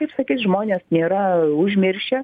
kaip sakyt žmonės nėra užmiršę